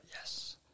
yes